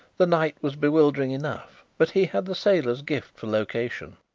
the night was bewildering enough but he had the sailor's gift for location.